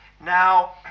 Now